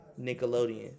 Nickelodeon